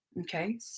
okay